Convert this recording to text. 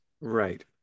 Right